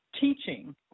teaching